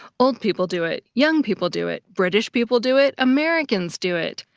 old people do it. young people do it. british people do it. americans do it.